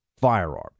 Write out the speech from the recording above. firearm